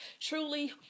truly